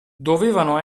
dovevano